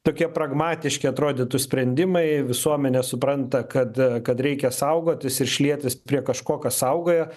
tokie pragmatiški atrodytų sprendimai visuomenė supranta kad kad reikia saugotis ir šlietis prie kažko kas saugoja